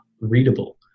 readable